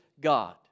God